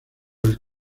del